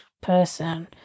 person